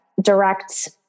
direct